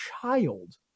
child